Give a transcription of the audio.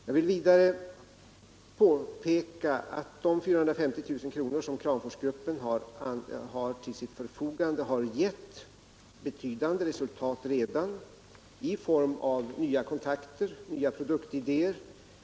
Jag vill vidare påpeka att de 450 000 kr. som Kramforsgruppen har till sitt förfogande redan har givit betydande resultat i form av nya kontakter och nya produktidéer.